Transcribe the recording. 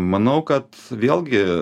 manau kad vėlgi